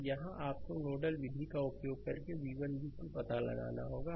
तो यहां आपको नोडल विधि का उपयोग करके v1 और v2 का पता लगाना होगा